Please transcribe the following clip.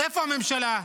איפה הממשלה?